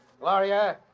Gloria